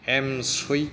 M SVEEP